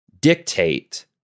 dictate